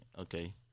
okay